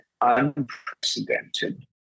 unprecedented